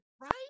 right